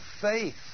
faith